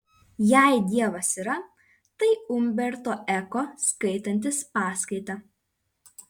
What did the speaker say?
jei dievas yra tai umberto eko skaitantis paskaitą